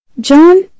John